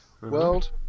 world